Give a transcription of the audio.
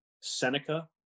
Seneca